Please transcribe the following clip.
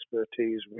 expertise